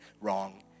wrong